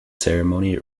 ceremony